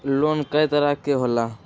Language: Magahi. लोन कय तरह के होला?